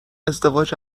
ازدواج